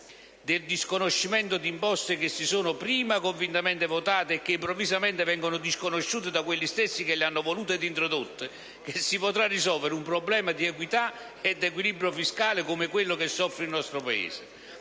del disconoscimento di imposte che si sono prima convintamente votate e che improvvisamente vengono disconosciute da quegli stessi che le hanno volute ed introdotte, che si potrà risolvere un problema di equità ed equilibrio fiscale come quello che soffre il nostro Paese.